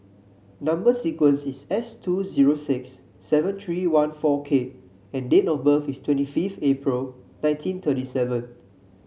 number sequence is S two zero six seven tree one four K and date of birth is twenty fifth April nineteen thirty seven